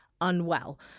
unwell